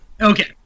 okay